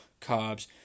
carbs